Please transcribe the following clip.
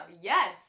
Yes